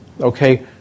Okay